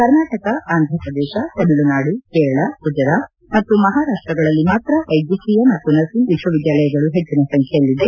ಕರ್ನಾಟಕ ಆಂಧ್ರಪ್ರದೇಶ ತಮಿಳುನಾಡು ಕೇರಳ ಗುಜರಾತ್ ಮತ್ತು ಮಹಾರಾಷ್ಟಗಳಲ್ಲಿ ಮಾತ್ರ ವೈದ್ಯಕೀಯ ಮತ್ತು ನರ್ಸಿಂಗ್ ವಿದ್ಯಾಲಯಗಳು ಹೆಚ್ಚಿನ ಸಂಖ್ಯೆಯಲ್ಲಿದೆ